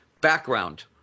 background